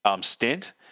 stint